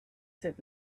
said